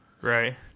right